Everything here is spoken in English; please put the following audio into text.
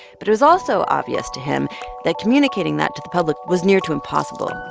but it was also obvious to him that communicating that to the public was near to impossible. and